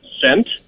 Sent